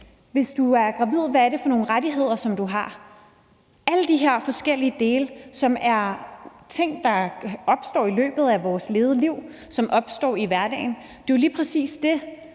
Hvis du er gravid, hvad er det så for nogle rettigheder, som du har? Alle de her forskellige dele, som er ting, der opstår i løbet af vores levede liv, og som opstår i hverdagen, er jo lige præcis det,